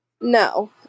No